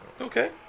Okay